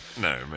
No